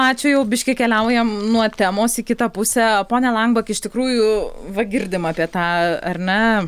ačiū jau biškį keliaujame nuo temos į kitą pusę ponia lambak iš tikrųjų va girdim apie tą ar ne